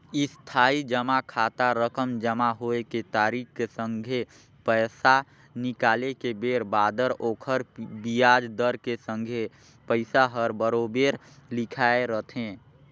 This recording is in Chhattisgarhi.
इस्थाई जमा खाता रकम जमा होए के तारिख के संघे पैसा निकाले के बेर बादर ओखर बियाज दर के संघे पइसा हर बराबेर लिखाए रथें